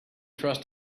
trust